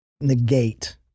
negate